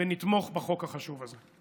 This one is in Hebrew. ונתמוך בחוק החשוב הזה.